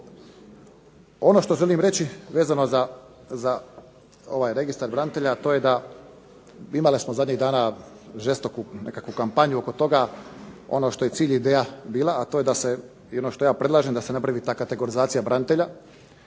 Ono što želim reći vezano za ovaj Registar branitelja, a to je da imali smo zadnjih dana žestoku nekakvu kampanju oko toga. Ono što je cilj i ideja bila, a to je da se i ono što ja predlažem da se napravi ta kategorizacija branitelja,